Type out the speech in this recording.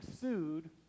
sued